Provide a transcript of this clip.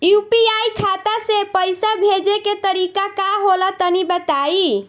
UPI खाता से पइसा भेजे के तरीका का होला तनि बताईं?